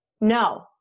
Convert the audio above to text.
no